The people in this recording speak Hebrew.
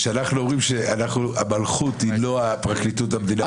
שאנחנו אומרים שהמלכות היא לא פרקליטות המדינה והיועצת המשפטית לממשלה.